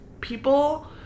people